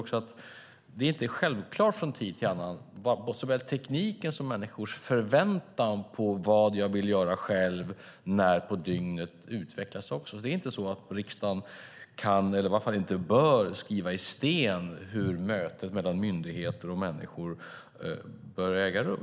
Både tekniken och människors förväntan när det gäller vad man kan göra själv utvecklas. Riksdagen bör inte skriva i sten hur mötet mellan myndigheter och människor ska ske.